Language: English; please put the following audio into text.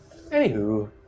Anywho